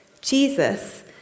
Jesus